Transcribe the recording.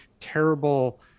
terrible